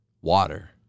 water